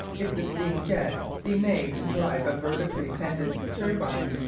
if the steam jet be made to drive a vertically pendant turbine,